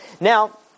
Now